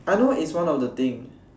I know is one of the things